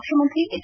ಮುಖ್ಯಮಂತ್ರಿ ಹೆಚ್